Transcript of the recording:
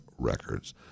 records